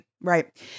right